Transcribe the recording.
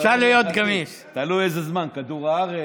תלוי איזה זמן, כדור הארץ.